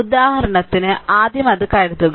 ഉദാഹരണത്തിന് ആദ്യം അത് കരുതുക